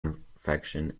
infection